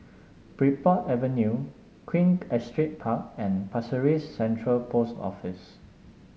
Bridport Avenue Queen Astrid Park and Pasir Ris Central Post Office